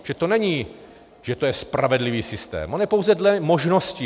Že to není, že to je spravedlivý systém, on je daný pouze dle možností.